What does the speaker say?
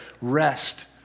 rest